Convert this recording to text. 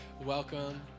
welcome